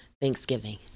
Thanksgiving